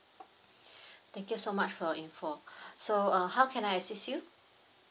thank you so much for your info so uh how can I assist you